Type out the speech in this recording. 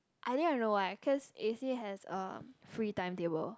I think I'll know why cause they say has a free timetable